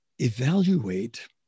evaluate